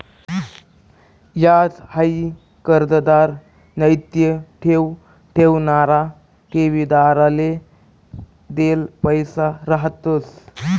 याज हाई कर्जदार नैते ठेव ठेवणारा ठेवीदारले देल पैसा रहातंस